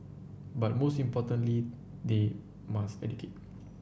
but most importantly they must educate